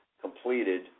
completed